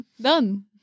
Done